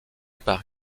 par